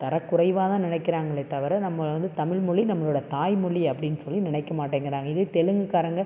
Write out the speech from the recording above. தரக்குறைவாக தான் நினைக்கிறங்களே தவிர நம்மளை வந்து தமிழ்மொழி நம்மளோடய தாய் மொழி அப்படின் சொல்லி நினைக்கமாட்டேங்கிறாங்க இதே தெலுங்குக்காரங்க